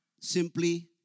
simply